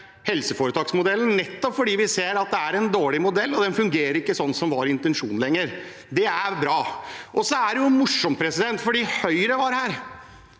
helseforetaksmodellen, nettopp fordi vi ser at det er en dårlig modell, og den fungerer ikke etter intensjonen lenger. Det er bra. Så er det jo morsomt: Høyre var her,